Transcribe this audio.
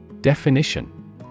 Definition